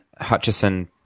Hutchison